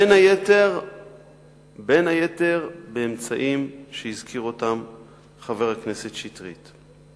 בין היתר באמצעים שהזכיר חבר הכנסת שטרית.